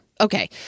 Okay